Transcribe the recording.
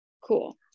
Cool